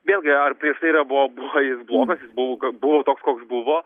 vėlgi ar prieš tai yra buvo buvo jis blogas jis buvo buvo toks koks buvo